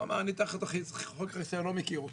הוא אמר לי: אני תחת חוק חיסיון, לא מכיר אותך.